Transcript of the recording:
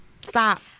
Stop